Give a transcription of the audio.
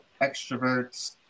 extroverts